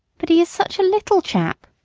but he is such a little chap!